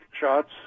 shots